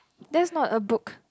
that's not a book